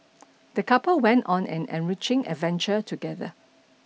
the couple went on an enriching adventure together